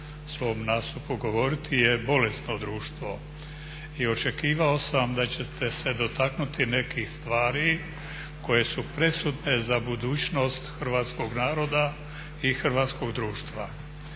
hrvatskog naroda i hrvatskog društva.